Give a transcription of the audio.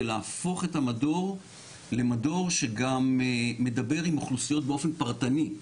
ולהפוך את המדור למדור שגם מדבר עם אוכלוסיות באופן פרטני.